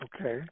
Okay